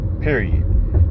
Period